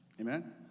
amen